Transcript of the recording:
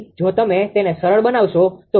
જો તમે તેને સરળ બનાવશો તે 0